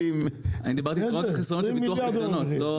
אני דיברתי על יתרונות וחסרונות של ביטוח פקדונות,